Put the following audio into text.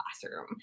classroom